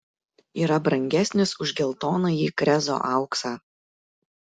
yra brangesnis už geltonąjį krezo auksą